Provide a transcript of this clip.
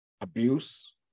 abuse